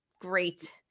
Great